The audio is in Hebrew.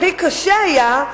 קשה היה,